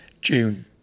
June